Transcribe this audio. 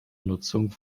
nutzung